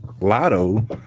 Lotto